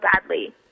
badly